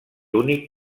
únic